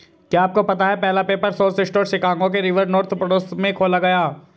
क्या आपको पता है पहला पेपर सोर्स स्टोर शिकागो के रिवर नॉर्थ पड़ोस में खोला गया?